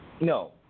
No